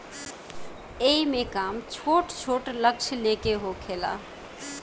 एईमे काम छोट छोट लक्ष्य ले के होखेला